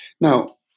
Now